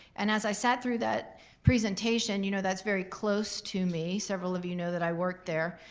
and as i sat through that presentation, you know that's very close to me, several of you know that i worked there,